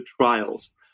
trials